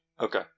Okay